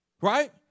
right